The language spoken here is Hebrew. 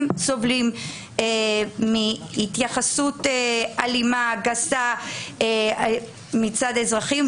סובלים מהתייחסות אלימה וגסה מצד אזרחים,